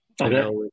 okay